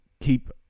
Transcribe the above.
keep